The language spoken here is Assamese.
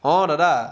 অঁ দাদা